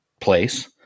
place